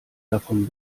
davon